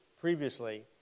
previously